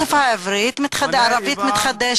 השפה הערבית מתחדשת,